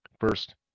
First